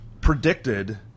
predicted